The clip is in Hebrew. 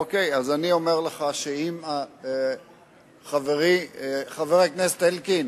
אוקיי, אז אני אומר לך חבר הכנסת אלקין,